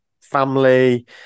family